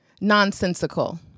nonsensical